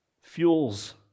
fuels